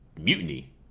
mutiny